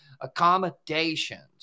accommodations